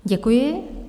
Děkuji.